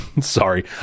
Sorry